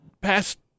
past